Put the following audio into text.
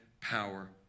power